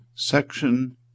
Section